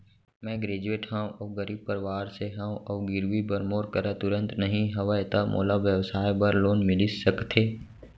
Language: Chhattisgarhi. मैं ग्रेजुएट हव अऊ गरीब परवार से हव अऊ गिरवी बर मोर करा तुरंत नहीं हवय त मोला व्यवसाय बर लोन मिलिस सकथे?